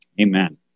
amen